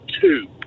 two